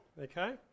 okay